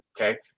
okay